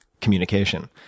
communication